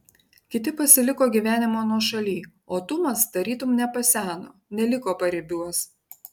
kiti pasiliko gyvenimo nuošaly o tumas tarytum nepaseno neliko paribiuos